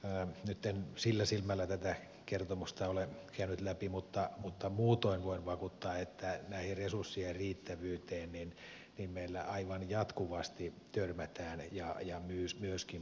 nyt en sillä silmällä tätä kertomusta ole käynyt läpi mutta muutoin voin vakuuttaa että tähän resurssien riittävyyteen meillä aivan jatkuvasti törmätään ja myöskin puututaan